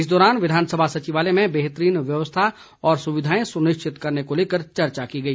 इस दौरान विधानसभा सचिवालय में बेहतरीन व्यवस्था और सुविधाएं सुनिश्चित करने को लेकर चर्चा की गई